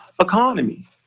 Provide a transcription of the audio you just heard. economy